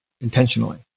intentionally